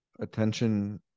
attention